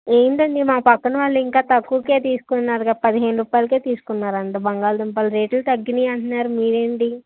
ఏంటండి మా పక్కన వాళ్ళు ఇంకా తక్కువకే తీసుకున్నారుగా పదిహేను రుపాయలకే తీసుకున్నారంట బంగాళదుంపలు రేటులు తగ్గాయి అంటున్నారు మీరేంటి